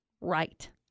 right